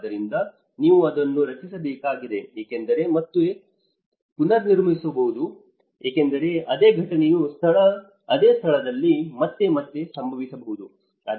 ಆದ್ದರಿಂದ ನೀವು ಅದನ್ನು ರಚಿಸಬೇಕಾಗಿದೆ ಏಕೆಂದರೆ ಇದು ಮತ್ತೆ ಪುನರಾವರ್ತಿಸಬಹುದು ಏಕೆಂದರೆ ಅದೇ ಘಟನೆಯು ಅದೇ ಸ್ಥಳದಲ್ಲಿ ಮತ್ತೆ ಮತ್ತೆ ಸಂಭವಿಸಬಹುದು